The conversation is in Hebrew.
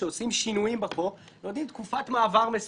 שעושים שינויים בחוק נותנים תקופת מעבר מסוימת,